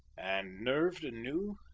and nerved anew,